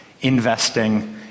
investing